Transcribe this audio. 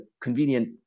convenient